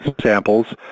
samples